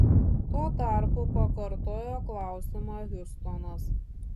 tuo tarpu pakartojo klausimą hjustonas